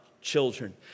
children